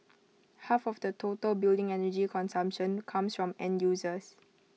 half of the total building energy consumption comes from end users